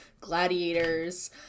gladiators